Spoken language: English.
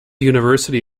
university